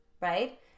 right